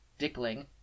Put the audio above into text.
dickling